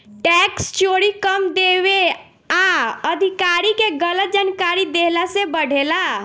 tax चोरी कम देवे आ अधिकारी के गलत जानकारी देहला से बढ़ेला